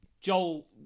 Joel